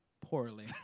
poorly